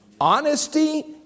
honesty